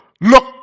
look